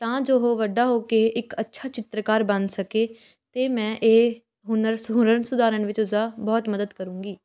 ਤਾਂ ਜੋ ਉਹ ਵੱਡਾ ਹੋ ਕੇ ਇੱਕ ਅੱਛਾ ਚਿੱਤਰਕਾਰ ਬਣ ਸਕੇ ਅਤੇ ਮੈਂ ਇਹ ਹੁਨਰ ਸ ਹੁਨਰ ਨੂੰ ਸੁਧਾਰਨ ਵਿੱਚ ਉਸਦਾ ਬਹੁਤ ਮਦਦ ਕਰੁੰਗੀ